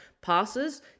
passes